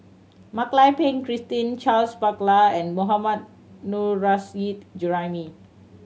Mak Lai Peng Christine Charles Paglar and Mohammad Nurrasyid Juraimi